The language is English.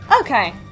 Okay